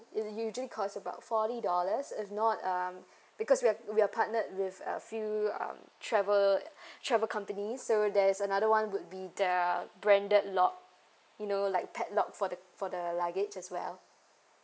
it usually cost about forty dollars if not um because we're we're partnered with a few um travel travel companies so there's another one would be the branded lock you know like padlock for the for the luggage as well